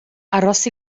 aros